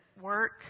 work